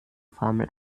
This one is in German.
formel